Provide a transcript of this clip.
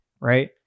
Right